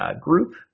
group